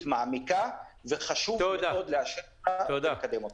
ומעמיקה וחשוב מאוד לאשר אותה ולאשר אותה.